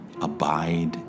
abide